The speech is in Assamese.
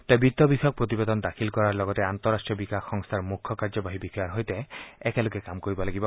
তেওঁ বিত্ত বিষয়ক প্ৰতিবেদন দাখিল কৰাৰ লগতে আন্তঃৰাষ্ট্ৰীয় বিকাশ সংস্থাৰ মুখ্য কাৰ্যবাহী বিষয়াৰ সৈতে একেলগে কাম কৰিব লাগিব